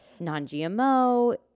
non-GMO